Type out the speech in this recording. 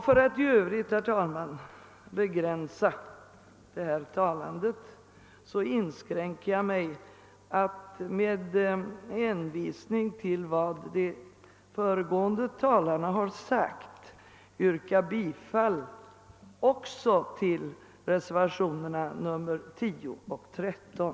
För att i övrigt, herr talman, begränsa talandet här inskränker jag mig till att med hänvisning till vad de föregående talarna har yttrat yrka bifall också till reservationerna 10 och 13.